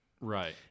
Right